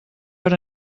per